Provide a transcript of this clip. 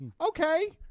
okay